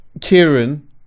Kieran